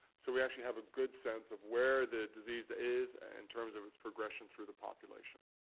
so we actually have a good sense of where the disease is in terms of its progression through the population.